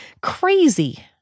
crazy